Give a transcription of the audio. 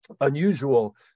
unusual